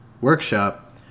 workshop